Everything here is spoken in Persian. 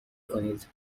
کنید